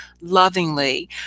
lovingly